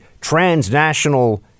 transnational